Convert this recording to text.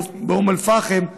באום אל-פחם,